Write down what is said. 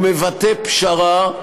הוא מבטא פשרה,